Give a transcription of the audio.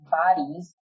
bodies